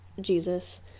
jesus